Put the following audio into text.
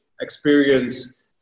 experience